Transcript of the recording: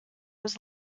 was